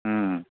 ம்